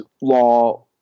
law